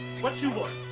what you want?